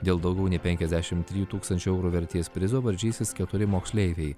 dėl daugiau nei penkiasdešim trijų tūkstančių eurų vertės prizo varžysis keturi moksleiviai